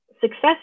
success